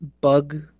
bug